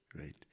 right